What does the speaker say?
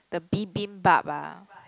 the Bibimbap ah